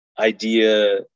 idea